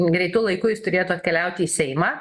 greitu laiku jis turėtų atkeliauti į seimą